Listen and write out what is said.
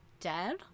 dead